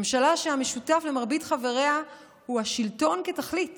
ממשלה שהמשותף למרבית חבריה הוא השלטון כתכלית